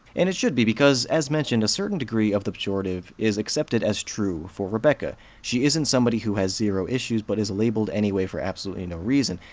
and it should be, because as mentioned, a certain degree of the pejorative is accepted as true for rebecca. she isn't somebody who has zero issues but is labeled anyway for absolutely no reason,